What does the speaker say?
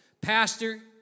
Pastor